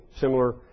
similar